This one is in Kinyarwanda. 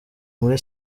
muri